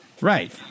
right